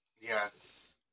Yes